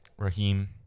Raheem